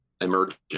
emergent